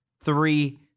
three